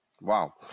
Wow